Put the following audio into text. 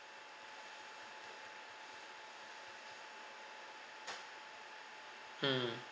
mm